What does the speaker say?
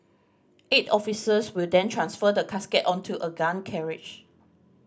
eight officers will then transfer the casket onto a gun carriage